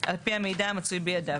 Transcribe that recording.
על פי המידע המצוי בידיו,